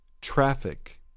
Traffic